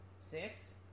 six